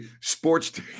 sports